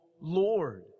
Lord